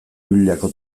bibliako